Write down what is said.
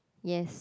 yes